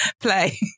play